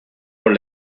por